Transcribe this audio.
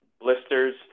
blisters